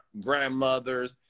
grandmothers